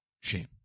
Shame